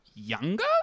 Younger